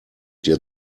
dir